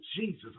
Jesus